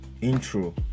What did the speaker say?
intro